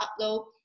upload